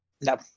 no